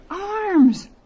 arms